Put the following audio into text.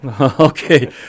Okay